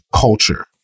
culture